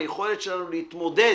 היכולת שלנו להתמודד